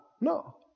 no